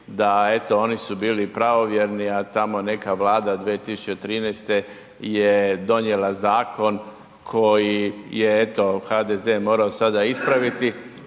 eto oni su bili pravovjerni a tamo neka Vlada 2013. je donijela zakon koji je eto HDZ morao sada ispraviti